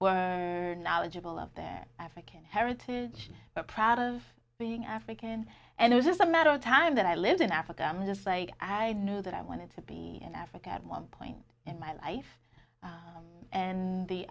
were knowledgeable of their african heritage proud of being african and it's just a matter of time that i lived in africa just like i knew that i wanted to be in africa at one point in my life and the